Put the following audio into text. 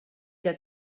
que